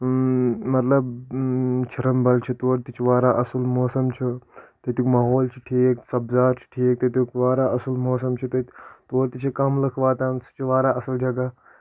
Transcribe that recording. مطلب چِرنبل چھُ تور تہِ چھُ واریاہ اَصٕل موسم چھُ تَتیُک ماحول چھُ ٹھیٖک سَبزار چھُ ٹھیٖک تَتیُک واریاہ اَصٕل موسم چھُ تتہِ تور تہِ چھِ کَم لٔکھ واتان سُہ چھِ واریاہ اَصٕل جگہہ